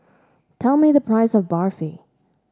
tell me the price of Barfi